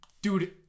Dude